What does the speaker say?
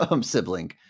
sibling